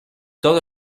todo